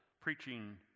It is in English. preaching